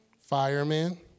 firemen